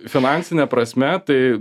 finansine prasme tai